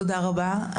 תודה רבה.